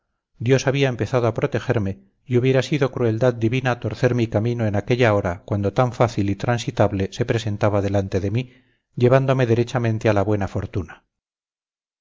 dios había empezado a protegerme y hubiera sido crueldad divina torcer mi camino en aquella hora cuando tan fácil y transitable se presentaba delante de mí llevándome derechamente a la buena fortuna